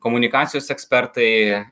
komunikacijos ekspertai